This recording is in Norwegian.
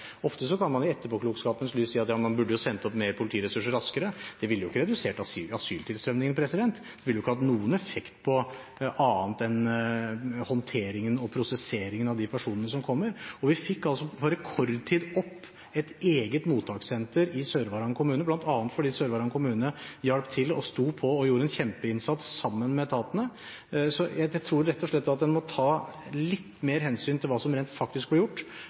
Ofte kan man i etterpåklokskapens lys si at man burde ha sendt opp flere politiressurser raskere. Det ville ikke redusert asyltilstrømningen, det ville ikke hatt noen effekt på annet enn håndteringen og prosesseringen av de personene som kom. Vi fikk på rekordtid opp et eget mottakssenter i Sør-Varanger kommune, bl.a. fordi Sør-Varanger kommune hjalp til, sto på og gjorde en kjempeinnsats sammen med etatene. Jeg tror rett og slett at en må ta litt mer hensyn til hva som faktisk ble gjort,